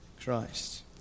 Christ